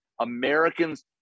Americans